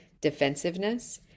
defensiveness